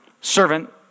servant